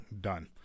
done